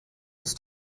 ist